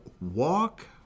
walk